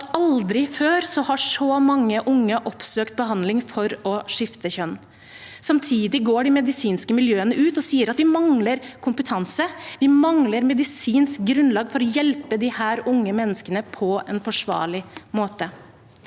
aldri før har så mange unge oppsøkt behandling for å skifte kjønn. Samtidig går de medisinske miljøene ut og sier at de mangler kompetanse. De mangler medisinsk grunnlag for å hjelpe disse unge menneskene på en forsvarlig måte.